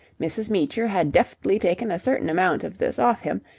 mrs. meecher had deftly taken a certain amount of this off him,